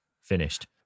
finished